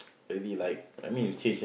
maybe like I mean change ah